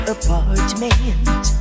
apartment